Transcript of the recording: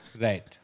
Right